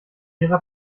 ihrer